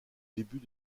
début